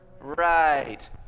right